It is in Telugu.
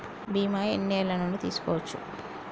బీమా ఎన్ని ఏండ్ల నుండి తీసుకోవచ్చు?